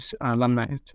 alumni